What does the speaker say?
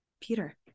Peter